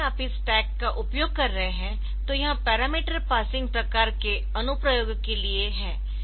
जब भी आप इस स्टैक का उपयोग कर रहे है तो यह पैरामीटर पासिंग प्रकार के अनुप्रयोगों के लिए है